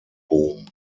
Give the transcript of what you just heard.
bohm